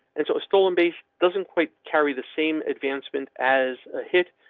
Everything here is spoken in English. and so a stolen base doesn't quite carry the same advancement as a hit,